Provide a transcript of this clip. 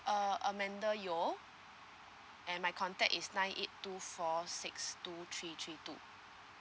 uh amanda yeo and my contact is nine eight two four six two three three two